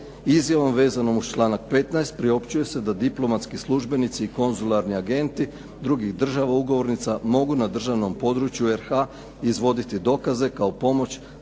Izjavom vezanom uz članak 15. priopćuje se da diplomatski službenici i konzularni agenti drugih država ugovornica mogu na državnom području RH izvoditi dokaze kao pomoć